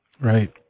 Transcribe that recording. right